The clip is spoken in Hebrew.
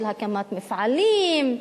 של הקמת מפעלים,